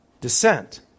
descent